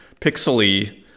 pixely